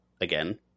again